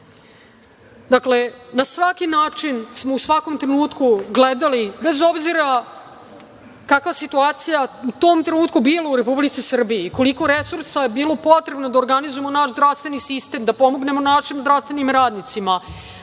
na svaki način smo u svakom trenutku gledali, bez obzira kakva je situacija u tom trenutku bila u Republici Srbiji i koliko resursa je bilo potrebno da organizujemo naš zdravstveni sistem, da pomognemo našim zdravstvenim radnicima,